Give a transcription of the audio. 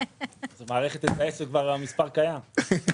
העסק למשל זה לא משהו שמתועד אצלנו אז העוסק פשוט יגיש את שם העסק.